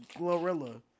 Glorilla